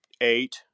eight